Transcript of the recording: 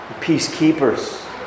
peacekeepers